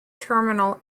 terminal